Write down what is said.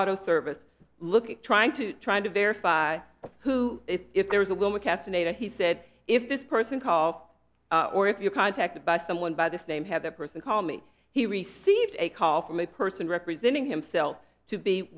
auto service look at trying to trying to verify who if there is a woman casanova he said if this person calls or if you're contacted by someone by this name had that person call me he received a call from a person representing himself to be